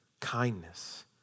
kindness